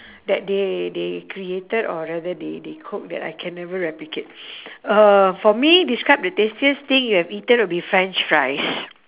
that they they created or rather they they cook that I can never replicate uh for me describe the tastiest thing you have eaten would be french fries